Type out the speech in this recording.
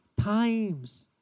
times